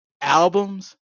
albums